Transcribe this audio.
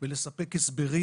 ולספק הסברים,